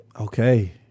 Okay